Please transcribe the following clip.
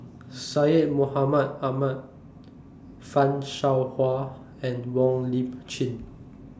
Syed Mohamed Ahmed fan Shao Hua and Wong Lip Chin